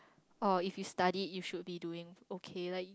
oh if you studied you should be doing okay like